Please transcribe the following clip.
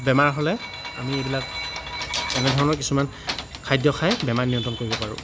বেমাৰ হ'লে আমি এইবিলাক এনেধৰণৰ কিছুমান খাদ্য খাই বেমাৰ নিয়ন্ত্ৰণ কৰিব পাৰোঁ